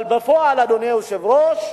אבל בפועל, אדוני היושב-ראש,